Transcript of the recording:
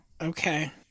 Okay